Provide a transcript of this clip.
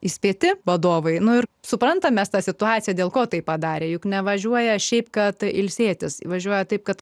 įspėti vadovai žino ir supranta mes tą situaciją dėl ko taip padarė juk nevažiuoja šiaip kad ilsėtis važiuoja taip kad